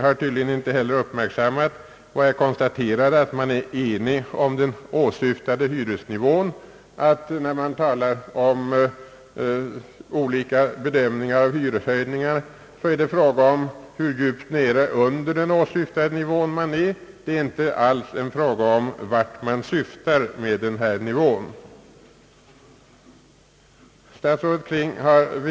Jag konstaterar att enighet råder om den åsyftade hyresnivån, men när man talar om olika bedömningar av hyreshöjningarna är det fråga om hur djupt under denna nivå som nu utgående hyror ligger. Det är i motionerna inte alls fråga om att syfta till någon högre nivå. Detta har inte herr statsrådet Kling uppmärksammat.